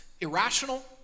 irrational